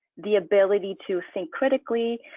the ability to think critically,